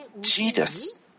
Jesus